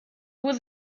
was